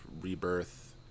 rebirth